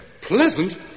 Pleasant